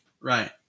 right